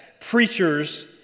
preachers